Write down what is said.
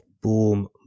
Boom